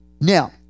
Now